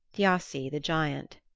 thiassi the giant.